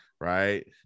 right